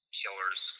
killers